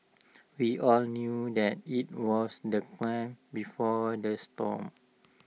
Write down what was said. we all knew that IT was the claim before the storm